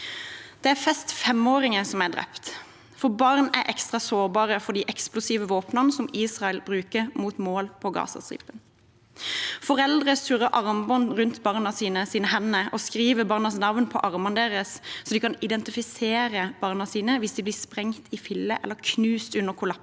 Det er flest femåringer som er drept. Barn er ekstra sårbare for de eksplosive våpnene som Israel bruker mot mål på Gazastripen. Foreldre surrer armbånd rundt barnas hender og skriver barnas navn på armene deres, slik at de kan identifisere barna sine hvis de blir sprengt i filler eller knust under kollapsede